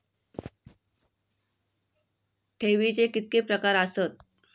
ठेवीचे कितके प्रकार आसत?